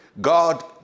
God